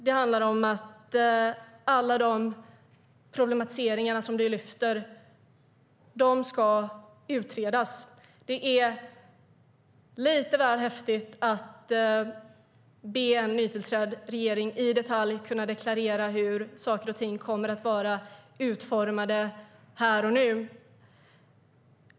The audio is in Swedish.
Det handlar återigen om att alla de problem du lyfter fram ska utredas. Det är lite väl häftigt att be en nytillträdd regering att i detalj deklarera här och nu hur saker och ting kommer att vara utformade.